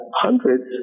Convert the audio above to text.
hundreds